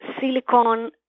Silicon